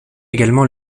également